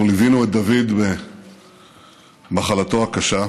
אנחנו ליווינו את דוד במחלתו הקשה.